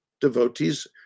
devotees